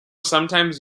sometimes